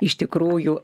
iš tikrųjų